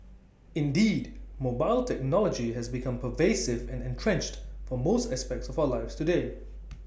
indeed mobile technology has become pervasive and entrenched for most aspects of our lives today